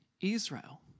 Israel